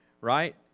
right